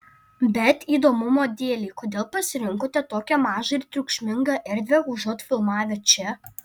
bet įdomumo dėlei kodėl pasirinkote tokią mažą ir triukšmingą erdvę užuot filmavę čia